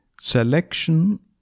Selection